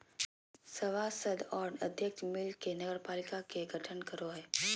सभासद और अध्यक्ष मिल के नगरपालिका के गठन करो हइ